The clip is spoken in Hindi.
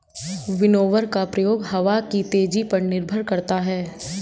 विनोवर का प्रयोग हवा की तेजी पर निर्भर करता है